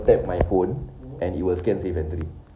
tap my phone and it will scan safe entry